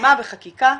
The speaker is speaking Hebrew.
מה בחקיקה,